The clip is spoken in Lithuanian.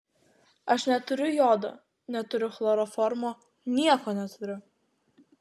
aš neturiu jodo neturiu chloroformo nieko neturiu